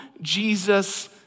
Jesus